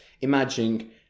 imagine